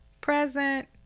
present